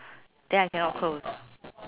then I cannot close